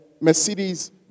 Mercedes